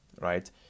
right